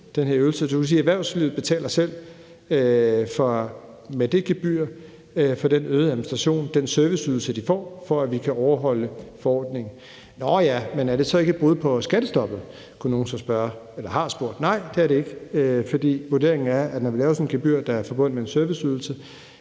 den her ydelse. Du kan sige, at erhvervslivet med det gebyr selv betaler for den øgede administration, den serviceydelse, de får, for at vi kan overholde forordningen. Men er det så ikke et brud på skattestoppet? har nogle så spurgt. Nej, det er det ikke, for vurderingen er, at når vi laver sådan et gebyr, der er forbundet med en serviceydelse,